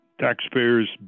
taxpayers